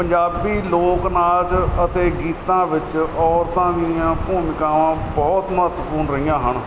ਪੰਜਾਬੀ ਲੋਕ ਨਾਚ ਅਤੇ ਗੀਤਾਂ ਵਿੱਚ ਔਰਤਾਂ ਦੀਆਂ ਭੂਮਿਕਾਵਾਂ ਬਹੁਤ ਮਹੱਤਵਪੂਰਨ ਰਹੀਆਂ ਹਨ